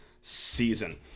season